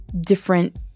different